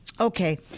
Okay